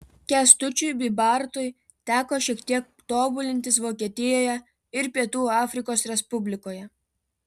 kęstučiui bybartui teko šiek tiek tobulintis vokietijoje ir pietų afrikos respublikoje